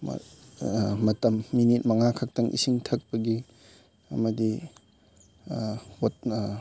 ꯃꯇꯝ ꯃꯤꯅꯤꯠ ꯃꯉꯥꯈꯛꯇꯪ ꯏꯁꯤꯡ ꯊꯛꯄꯒꯤ ꯑꯃꯗꯤ